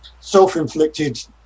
Self-inflicted